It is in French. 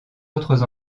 autres